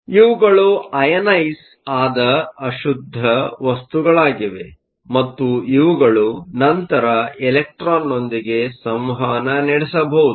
ಆದ್ದರಿಂದ ಇವುಗಳು ಅಯನೈಸ಼್ ಆದ ಅಶುದ್ದ ವಸ್ತುಗಳಾಗಿವೆ ಮತ್ತು ಇವುಗಳು ನಂತರ ಎಲೆಕ್ಟ್ರಾನ್ನೊಂದಿಗೆ ಸಂವಹನ ನಡೆಸಬಹುದು